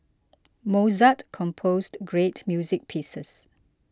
Mozart composed great music pieces